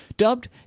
Dubbed